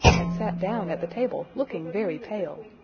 and sat down at the table, looking very pale.